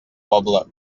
poble